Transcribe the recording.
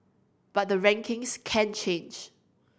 but the rankings can change